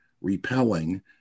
repelling